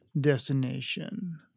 destination